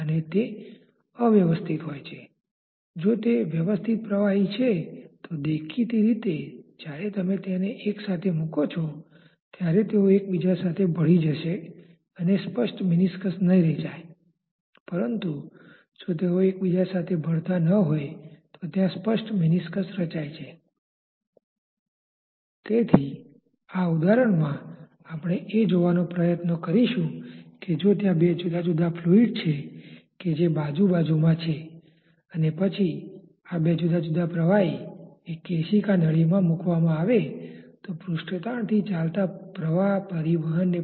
આપણે અહીં C થી રેખા પસંદ કરવા ઈચ્છીએ છીએ કે જેથી તે રેખા તરફ આરપાર કોઈ પ્રવાહ ન હોય આપણે જોયું ત્યાં બાઉન્ડ્રી લેયરની ધાર તરફ આરપાર પ્રવાહ વહે છે